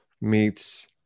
meets